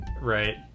Right